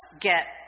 get